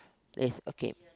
let's okay